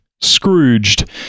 Scrooged